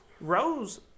Rose